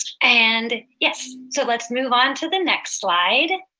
and yes. so let's move on to the next slide.